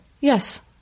Yes